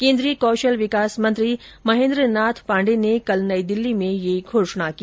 केन्द्रीय कौशल विकास मंत्री महेन्द्र नाथ पाण्डे ने कल नई दिल्ली में ये घोषणा की